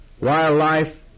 wildlife